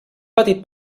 petit